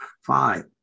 Five